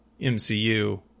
mcu